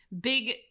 big